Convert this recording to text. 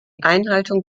einhaltung